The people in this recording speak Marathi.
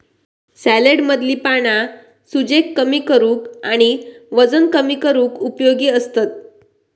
सॅलेडमधली पाना सूजेक कमी करूक आणि वजन कमी करूक उपयोगी असतत